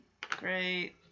great